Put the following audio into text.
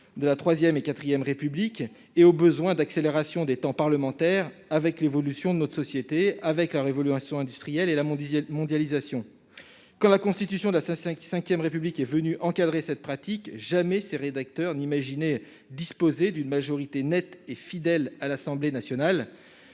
de la IIIe et IVe Républiques et au besoin d'accélération des temps parlementaire avec l'évolution de notre société avec la révolution industrielle et la Montdidier mondialisation quand la constitution d'assassins qui Vème République est venu encadrer cette pratique jamais ses rédacteurs n'imaginez disposer d'une majorité nette et fidèle à l'Assemblée nationale,